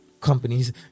companies